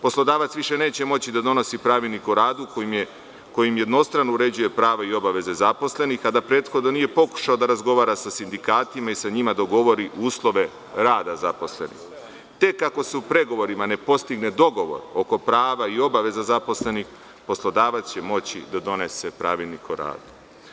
Poslodavac više neće moći da donosi pravilnik o radu kojim jednostrano uređuje prava i obaveze zaposlenih a da prethodno nije pokušao da razgovara sa sindikatima i da sa njim ugovori uslove rada zaposlenih, tek ako se u pregovorima ne postigne dogovor oko prava i obaveza zaposlenih, poslodavac će moći da donese pravilnik o radu.